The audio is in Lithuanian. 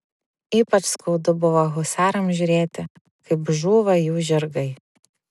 ypač skaudu buvo husarams žiūrėti kaip žūva jų žirgai